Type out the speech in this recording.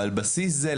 ועל בסיס זה,